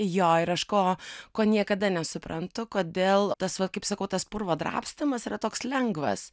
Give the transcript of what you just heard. jo ir aš ko ko niekada nesuprantu kodėl tas va kaip sakau tas purvo drabstymas yra toks lengvas